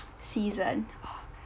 season